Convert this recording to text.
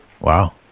Wow